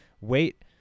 wait